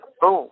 Boom